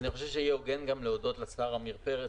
אני חושב שיהיה הוגן גם להודות לשר עמיר פרץ,